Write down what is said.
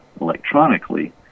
electronically